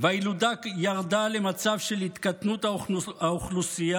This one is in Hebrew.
והילודה ירדה למצב של התקטנות האוכלוסייה,